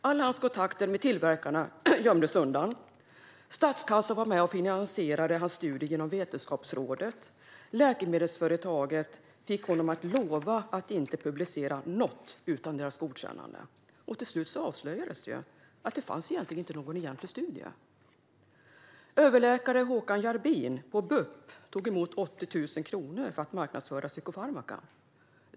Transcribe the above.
Alla hans kontakter med tillverkarna gömdes undan, statskassan var med och finansierade hans studie genom Vetenskapsrådet och läkemedelsföretaget fick honom att lova att inte publicera något utan deras godkännande. Till slut avslöjades det att det inte fanns någon egentlig studie. Överläkare Håkan Jarbin på BUP tog emot 80 000 kronor för att marknadsföra psykofarmaka.